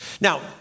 Now